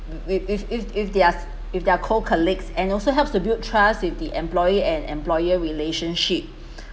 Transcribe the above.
with with with with their co-colleagues and also helps to build trust with the employee and employer relationship